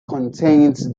contains